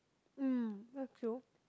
mm that's true